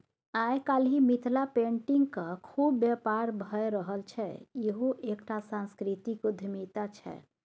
आय काल्हि मिथिला पेटिंगक खुब बेपार भए रहल छै इहो एकटा सांस्कृतिक उद्यमिता छै